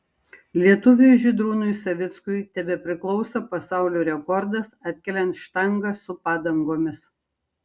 lietuviui žydrūnui savickui tebepriklauso pasaulio rekordas atkeliant štangą su padangomis